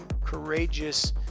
courageous